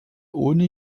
ohne